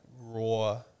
raw